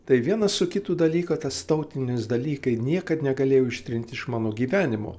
tai vienas su kitu dalyką tas tautinis dalykai niekad negalėjau ištrint iš mano gyvenimo